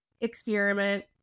Experiment